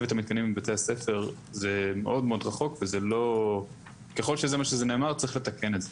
את המתקנים בבתי-הספר זה מאוד רחוק וככל שזה מה שנאמר צריך לתקן את זה,